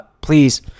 please